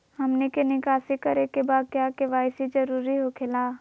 हमनी के निकासी करे के बा क्या के.वाई.सी जरूरी हो खेला?